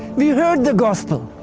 we heard the gospel.